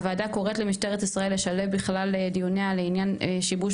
הוועדה קוראת למשטרת ישראל לשלב בכלל דיוניה לעניין שימוש